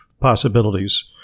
possibilities